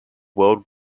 world